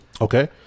Okay